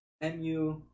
MU